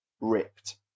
ripped